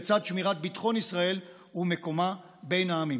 לצד שמירת ביטחון ישראל ומקומה בין העמים.